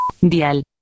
Dial